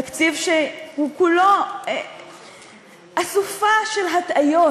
תקציב שהוא כולו אסופה של הטעיות,